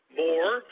more